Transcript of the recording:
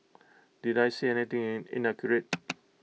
did I say anything in inaccurate